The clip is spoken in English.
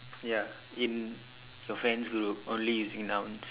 ya in your friends group only using nouns